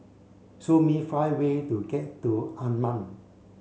show me five ways to get to Amman